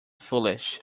foolish